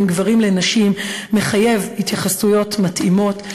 בין גברים לנשים מחייב התייחסויות מתאימות,